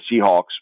Seahawks